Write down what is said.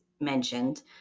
mentioned